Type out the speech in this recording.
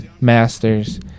Masters